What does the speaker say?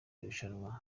irushanwa